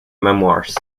memoirs